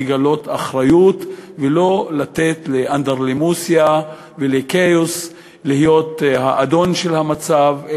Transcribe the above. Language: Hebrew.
לגלות אחריות ולא לתת לאנדרלמוסיה ולכאוס להיות האדון של המצב,